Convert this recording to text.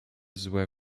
złe